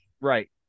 Right